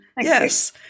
Yes